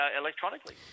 electronically